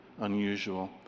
unusual